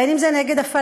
בין אם זה נגד הפלסטינים,